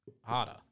harder